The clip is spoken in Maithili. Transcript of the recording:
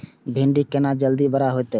भिंडी केना जल्दी बड़ा होते?